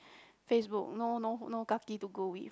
Facebook no no no kaki to go with